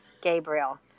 Gabriel